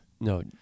no